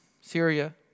Syria